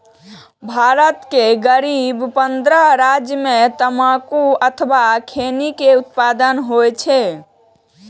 भारत के करीब पंद्रह राज्य मे तंबाकू अथवा खैनी के उत्पादन होइ छै